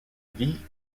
vie